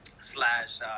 slash